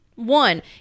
one